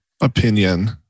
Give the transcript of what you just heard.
opinion